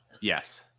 Yes